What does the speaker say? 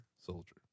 Soldier